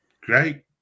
great